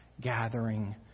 gathering